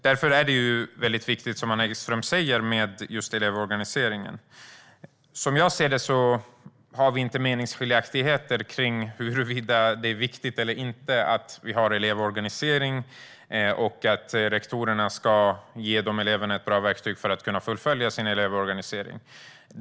Därför är det, precis som Anna Ekström säger, viktigt med elevorganiseringen. Jag ser inga meningsskiljaktigheter mellan oss om huruvida det är viktigt eller inte att elever organiserar sig och att rektorerna ska ge eleverna bra verktyg för att fullfölja sin elevorganisering.